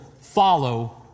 follow